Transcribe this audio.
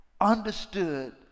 understood